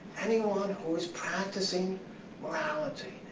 anyone who is practicing morality,